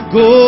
go